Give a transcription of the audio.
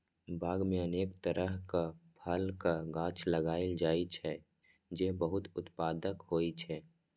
बाग मे अनेक तरहक फलक गाछ लगाएल जाइ छै, जे बहुत उत्पादक होइ छै